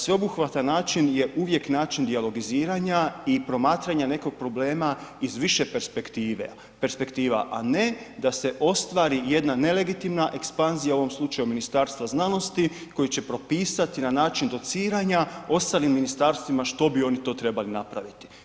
Sveobuhvatan način je uvijek način dijalogiziranja i promatranja nekog problema iz više perspektiva, a ne da se ostvari jedna nelegitimna ekspanzija u ovom slučaju Ministarstva znanosti koje će propisati na način dociranja ostalim ministarstvima što bi oni to trebali napraviti.